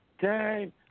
Time